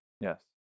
Yes